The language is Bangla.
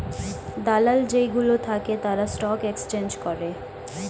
দালাল যেই গুলো থাকে তারা স্টক এক্সচেঞ্জ করে